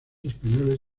españoles